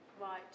Right